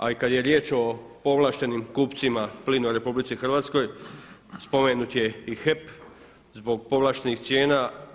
A i kada je riječ o povlaštenim kupcima plina u RH spomenut je i HEP zbog povlaštenih cijena.